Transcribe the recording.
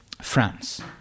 France